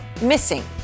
missing